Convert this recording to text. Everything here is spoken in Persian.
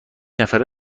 نفره